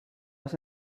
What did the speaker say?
has